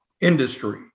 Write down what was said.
industry